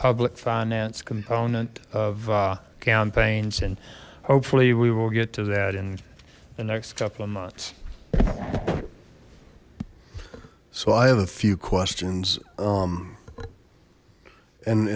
public finance component of campaigns and hopefully we will get to that in the next couple of months so i have a few questions